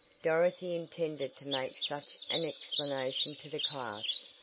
dorothy intended to make such an explanation to the class,